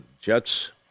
Jets